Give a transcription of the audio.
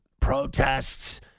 protests